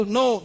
no